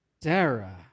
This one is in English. Sarah